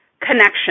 connection